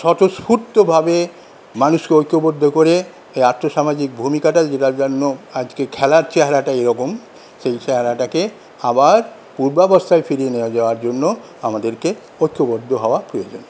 স্বতঃস্ফূর্তভাবে মানুষকে ঐক্যবদ্ধ করে এই আর্থসামাজিক ভূমিকাটা যেটার জন্য আজকে খেলার চেহারাটা এইরকম সেই চেহারাটাকে আবার পূর্বাবস্থায় ফিরিয়ে নিয়ে যাওয়ার জন্য আমাদেরকে ঐক্যবদ্ধ হওয়া প্রয়োজন